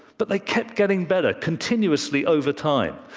but they kept getting better, continuously over time.